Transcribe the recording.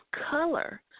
color